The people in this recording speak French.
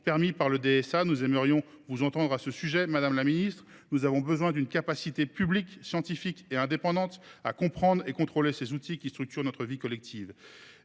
autorisés par le DSA. Nous aimerions vous entendre à ce sujet, madame la ministre déléguée. Nous avons besoin d’une expertise publique, scientifique et indépendante, pour comprendre et contrôler ces outils qui structurent notre vie collective